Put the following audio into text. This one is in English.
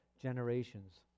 generations